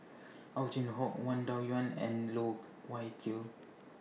Ow Chin Hock Wang Dayuan and Loh Wai Kiew